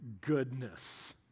goodness